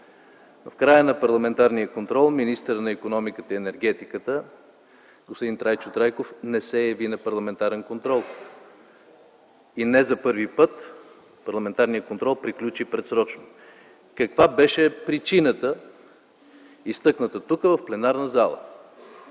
в края на парламентарния контрол министърът на икономиката и енергетиката господин Трайчо Трайков не се яви на парламентарен контрол. И не за първи път парламентарният контрол приключи предсрочно. Каква беше причината, изтъкната тук, в пленарната зала?